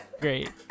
great